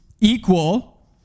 equal